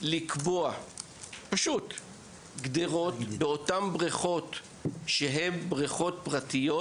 לקבוע גדרות באותן בריכות שהן בריכות פרטיות